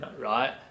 Right